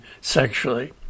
sexually